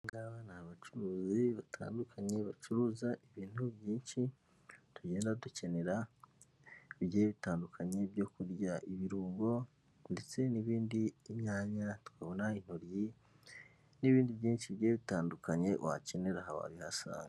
Abacuruzi batandukanye bacuruza ibintu byinshi tugenda dukenera bi bitandukanye byo kurya ibirungo ndetse n'ibindi imyanya twabona intoyi n'ibindi byinshi bye bitandukanye wakenera hawa hasanzwe.